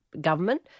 government